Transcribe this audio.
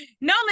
no